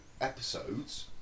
episodes